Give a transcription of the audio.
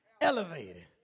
elevated